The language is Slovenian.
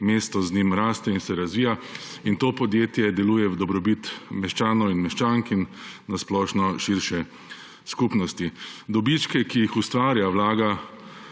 mesto z njim raste, se razvija in to podjetje deluje v dobrobit meščanov in meščank ter na splošno širše skupnosti. Dobičke, ki jih ustvarja, vlaga